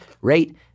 rate